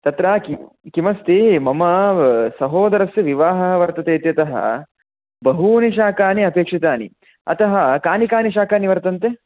तत्र किं किमस्ति मम सहोदरस्य विवाहः वर्तते इत्यतः बहूनि शाकानि अपेक्षितानि अतः कानि कानि शाकानि वर्तन्ते